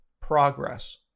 progress